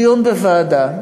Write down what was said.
דיון המשך.